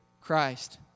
Christ